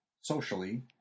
socially